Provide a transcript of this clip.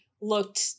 looked